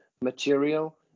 material